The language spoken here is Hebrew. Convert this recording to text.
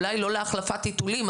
אולי לא להחלפת טיטולים,